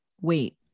wait